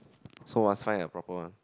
so must find a proper one